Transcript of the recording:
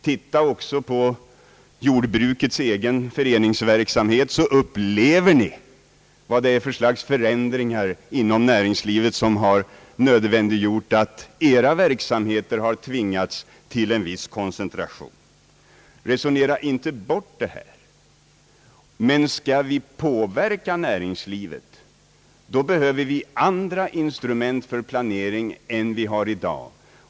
Titta också på jordbrukets egen föreningsverksamhet så upplever ni vad det är för slags förändringar inom näringslivet som har nödvändiggjort att edra verksamheter har tvingats till en viss koncentration. Resonera inte bort det här! Men skall vi påverka näringslivet då behöver vi andra instrument för planering än vi har i dag.